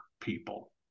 people